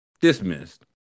Dismissed